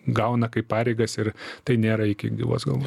gauna kaip pareigas ir tai nėra iki gyvos galvos